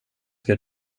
ska